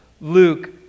Luke